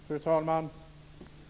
Fru talman!